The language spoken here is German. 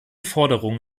forderung